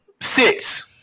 six